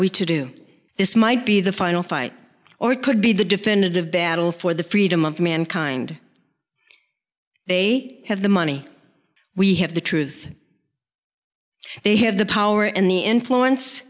we to do this might be the final fight or it could be the definitive battle for the freedom of mankind they have the money we have the truth they have the power and the influence